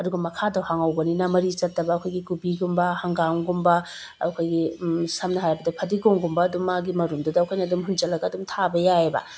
ꯑꯗꯨꯒ ꯃꯈꯥꯗꯣ ꯍꯥꯡꯍꯧꯕꯅꯤꯅ ꯃꯔꯤ ꯆꯠꯇꯕ ꯑꯩꯈꯣꯏꯒꯤ ꯀꯣꯕꯤꯒꯨꯝꯕ ꯍꯪꯒꯥꯝꯒꯨꯝꯕ ꯑꯩꯈꯣꯏꯒꯤ ꯁꯝꯅ ꯍꯥꯏꯔꯕꯗ ꯐꯗꯤꯒꯣꯝꯒꯨꯝꯕ ꯑꯗꯨꯝ ꯃꯥꯒꯤ ꯃꯔꯨꯝꯗꯨꯗ ꯑꯩꯈꯣꯏꯅ ꯑꯗꯨꯝ ꯍꯨꯟꯖꯤꯜꯂꯒ ꯑꯗꯨꯝ ꯊꯥꯕ ꯌꯥꯏꯌꯦꯕ